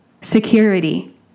security